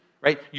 right